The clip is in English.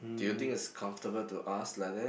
do you think is comfortable to ask like that